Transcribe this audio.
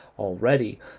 already